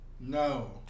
No